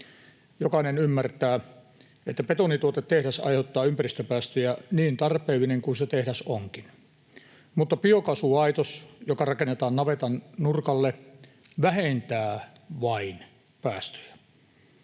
Jokainen ymmärtää, että betonituotetehdas aiheuttaa ympäristöpäästöjä, niin tarpeellinen kuin se tehdas onkin, mutta biokaasulaitos, joka rakennetaan navetan nurkalle, vain vähentää päästöjä.